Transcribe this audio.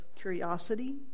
curiosity